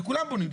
לכולם בונים,